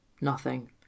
Nothing